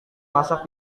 masak